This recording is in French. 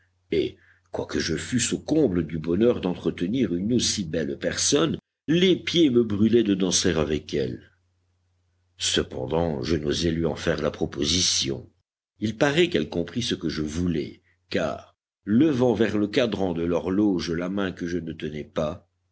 et quoique je fusse au comble du bonheur d'entretenir une aussi belle personne les pieds me brûlaient de danser avec elle cependant je n'osais lui en faire la proposition il paraît qu'elle comprit ce que je voulais car levant vers le cadran de l'horloge la main que je ne tenais pas